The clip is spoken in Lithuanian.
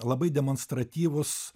labai demonstratyvus